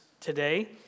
today